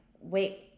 wait